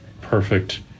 perfect